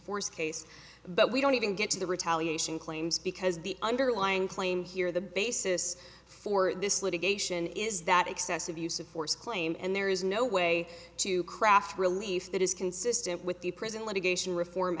force case but we don't even get to the retaliation claims because the underlying claim here the basis for this litigation is that excessive use of force claim and there is no way to craft release that is consistent with the prison litigation reform